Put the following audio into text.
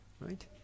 right